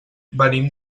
venim